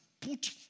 put